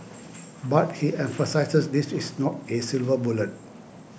but he emphasises this is not a silver bullet